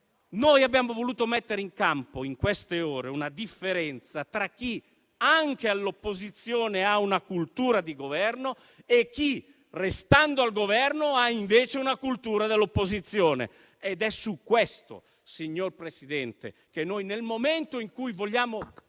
noi abbiamo voluto mettere in campo in queste ore una differenza tra chi, anche all'opposizione, ha una cultura di Governo e chi, restando al Governo, ha invece una cultura dell'opposizione. È su questo punto, signor Presidente, che noi, nel momento in cui vogliamo